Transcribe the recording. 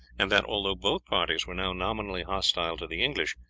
and that although both parties were now nominally hostile to the english,